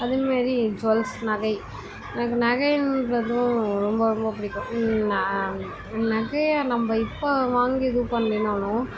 அதேமாதிரி ஜுவெல்ஸ் நகை எனக்கு நகைங்றதும் ரொம்ப ரொம்ப பிடிக்கும் ந நகையை நம்ம இப்போ வாங்கி இது பண்ணலின்னாலும்